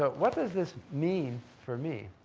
but what does this mean for me?